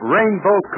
Rainbow